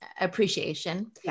appreciation